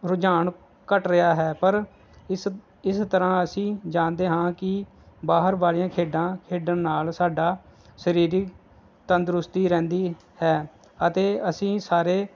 ਰੁਝਾਨ ਘਟ ਰਿਹਾ ਹੈ ਪਰ ਇਸ ਇਸ ਤਰ੍ਹਾਂ ਅਸੀਂ ਜਾਣਦੇ ਹਾਂ ਕਿ ਬਾਹਰ ਵਾਲੀਆਂ ਖੇਡਾਂ ਖੇਡਣ ਨਾਲ ਸਾਡਾ ਸਰੀਰਕ ਤੰਦਰੁਸਤੀ ਰਹਿੰਦੀ ਹੈ ਅਤੇ ਅਸੀਂ ਸਾਰੇ